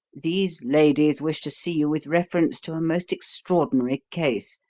these ladies wish to see you with reference to a most extraordinary case,